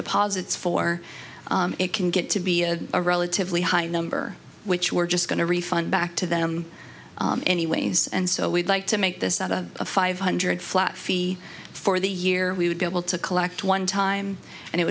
deposits for it can get to be a relatively high number which we're just going to refund back to them anyways and so we'd like to make this a five hundred flat fee for the year we would be able to collect one time and it